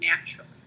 naturally